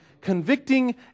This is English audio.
convicting